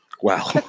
Wow